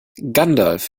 gandalf